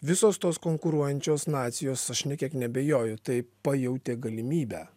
visos tos konkuruojančios nacijos aš nė kiek neabejoju tai pajautė galimybę